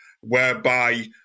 whereby